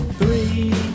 three